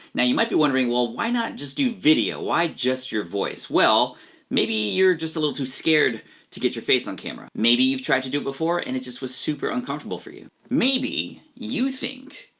now you might be wondering, well why not just do video, why just your voice? well maybe you're just a little too scared to get your face on camera. maybe you've tried to do it before and it just was super uncomfortable for you. maybe you think